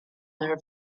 her